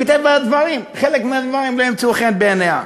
שמטבע הדברים חלק מהדברים לא ימצאו חן בעיניה.